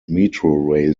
metrorail